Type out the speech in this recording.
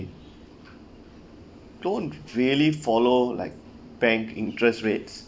don't really follow like bank interest rates